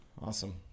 Awesome